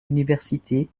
université